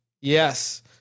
yes